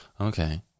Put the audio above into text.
Okay